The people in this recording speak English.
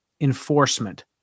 enforcement